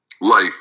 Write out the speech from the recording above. life